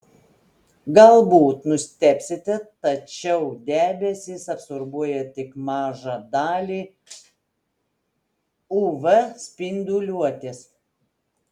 galbūt nustebsite tačiau debesys absorbuoja tik mažą dalį uv spinduliuotės